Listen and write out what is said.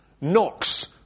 knocks